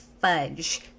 Fudge